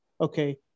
okay